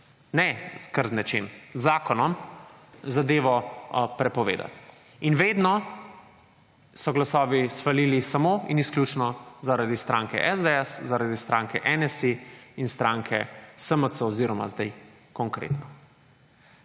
ne kar z nečem, z zakonom zadevo prepovedati. In vedno so glasovi sfalili samo in izključno zaradi stranke SDS, zaradi stranke NSi in stranke SMC oziroma zdaj Konkretno.